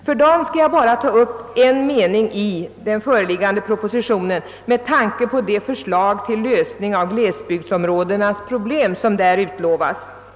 För dagen vill jag hänvisa till en mening i den föreliggande propositionen med tanke på det förslag till lösning av glesbygdsområdenas problem som där utlovas.